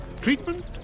Treatment